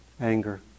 Anger